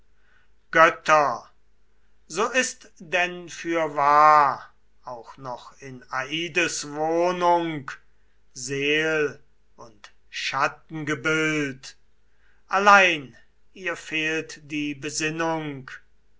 götter so ist denn fürwahr auch noch in ades wohnung seel und schattengebild allein ihr fehlt die besinnung